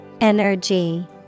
Energy